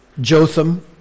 Jotham